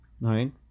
right